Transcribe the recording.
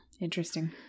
Interesting